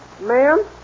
Ma'am